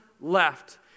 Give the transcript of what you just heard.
left